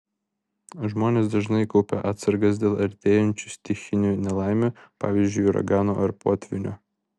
žmonės dažnai kaupia atsargas dėl artėjančių stichinių nelaimių pavyzdžiui uragano ar potvynio